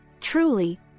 Truly